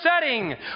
setting